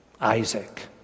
isaac